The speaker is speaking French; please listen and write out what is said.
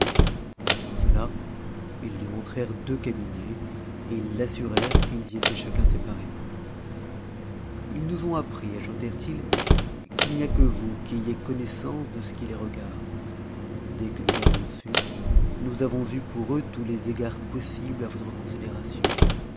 en disant cela ils lui montrèrent deux cabinets et ils l'assurèrent qu'ils y étaient chacun séparément ils nous ont appris ajoutèrent-ils qu'il n'y a que vous qui ayez connaissance de ce qui les regarde dès que nous l'avons su nous avons eu pour eux tous les égards possibles à votre considération